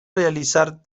realizar